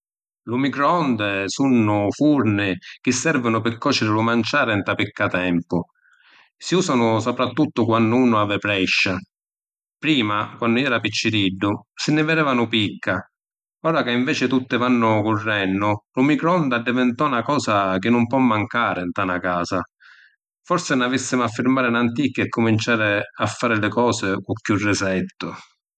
Lu “microonde” sunnu furni chi servinu pi còciri lu manciàri nta picca tempu. Si usanu supratuttu quannu unu havi prescia. Prima, quannu iu era picciriddu, si nni videvanu picca. Ora ca inveci tutti vannu currennu lu “microonde” addivintò na cosa chi nun po’ mancàri nta na casa. Forsi nn’avissimu a firmari n’anticchia e cuminciari a fari li cosi cu chiù risettu.